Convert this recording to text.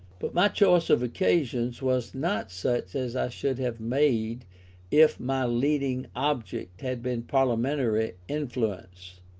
but my choice of occasions was not such as i should have made if my leading object had been parliamentary influence.